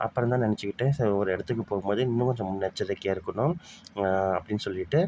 அப்புறம் தான் நெனைச்சிக்கிட்டேன் ஸோ ஒரு இடத்துக்கு போகும்போது இன்னும் கொஞ்சம் முன்னெச்சரிக்கையாக இருக்கணும் அப்படின்னு சொல்லிட்டு